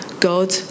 God